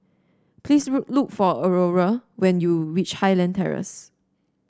please look for Aurore when you reach Highland Terrace